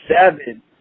seven